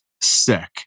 sick